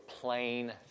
plain